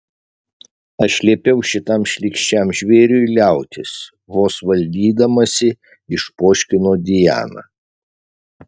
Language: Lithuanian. aš liepiau šitam šlykščiam žvėriui liautis vos valdydamasi išpoškino diana